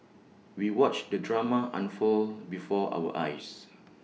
we watched the drama unfold before our eyes